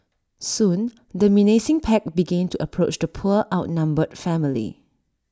soon the menacing pack began to approach the poor outnumbered family